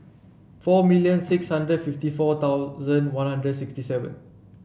four million six hundred fifty four thousand One Hundred sixty seven